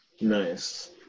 Nice